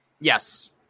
Yes